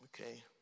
Okay